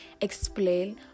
explain